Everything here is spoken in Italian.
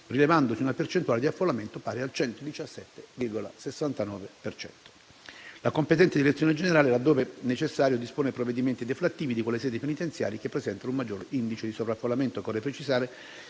rilevandosi una percentuale di affollamento pari al 117,69 per cento. La competente direzione generale, laddove necessario, dispone provvedimenti deflattivi delle sedi penitenziarie che presentano un maggior indice di sovraffollamento. Occorre precisare